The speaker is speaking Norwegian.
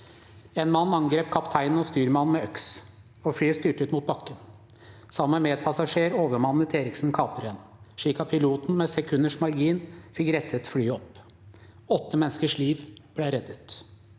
En mann angrep kapteinen og styrmannen med øks, og flyet styrtet mot bakken. Sammen med en medpassasjer overmannet Eriksen kapreren, slik at piloten med sekunders margin fikk rettet opp flyet. Åtte menneskers liv ble reddet.